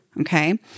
Okay